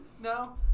No